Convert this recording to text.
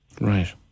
Right